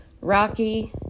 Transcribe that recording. Rocky